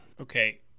Okay